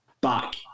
back